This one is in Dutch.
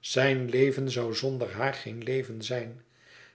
zijn leven zoû zonder haar geen leven zijn